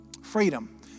freedom